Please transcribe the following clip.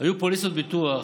היו פוליסות ביטוח,